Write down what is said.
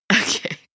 Okay